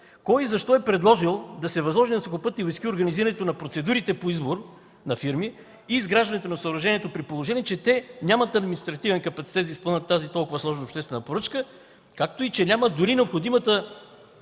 Кой и защо е предложил да се възложи на „Сухопътни войски” организирането на процедурите по избор на фирми и изграждането на съоръжението, при положение че те нямат административен капацитет да изпълнят тази толкова сложна обществена поръчка, както и че нямат дори необходимата